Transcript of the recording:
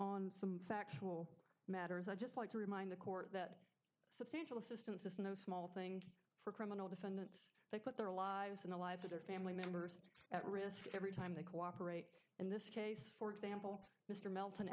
on some factual matters i'd just like to remind the court that substantial assistance is no small thing for criminal defendants they put their lives and the lives of their family members at risk every time they cooperate in this case for example mr melt